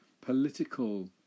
political